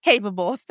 capable